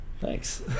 thanks